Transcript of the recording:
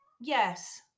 Yes